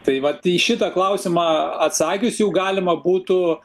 tai vat į šitą klausimą atsakius jau galima būtų